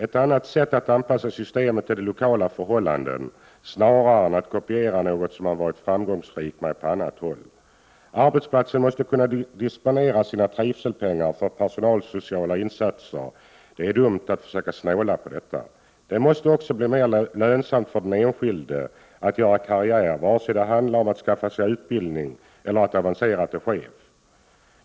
En annan är att anpassa systemen till de lokala förhållandena, snarare än att kopiera något som har varit framgångsrikt på annat håll. Arbetsplatsen måste kunna disponera vissa ”trivselpengar” för personalsociala insatser. Det är dumt att försöka snåla på detta. Det måste också bli mer lönsamt för den enskilde att göra karriär, vare sig det handlar om att skaffa sig utbildning eller att avancera till chef.